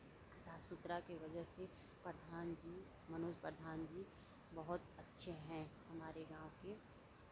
साफ सुथरा के वजह से प्रधान जी मनोज प्रधान जी बहुत अच्छे हैं हमारे गांव के